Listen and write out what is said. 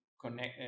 Connect